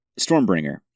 Stormbringer